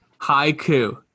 haiku